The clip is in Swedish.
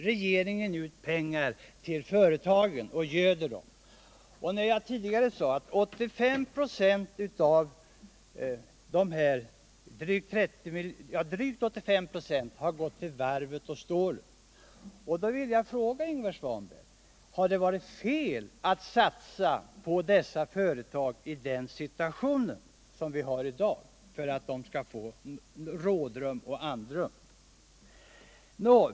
pytsar ut pengar till företagen och på det sättet göder dem. Jag sade att drygt 85 2 har gått till varven och stålindustrin, och jag vill fråga Ingvar Svanberg: Var det fel att i dagens situation satsa på dessa företag för att ge dem rådrum och andrum?